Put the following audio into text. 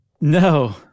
No